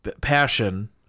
passion